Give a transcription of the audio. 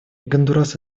гондурас